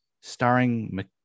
starring